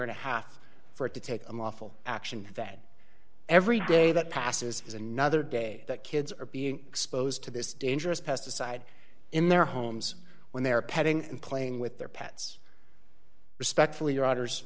and a half for it to take them awful action that every day that passes is another day that kids are being exposed to this dangerous pesticide in their homes when they're petting and playing with their pets respectfully